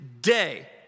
day